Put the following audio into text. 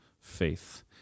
faith